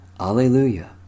Alleluia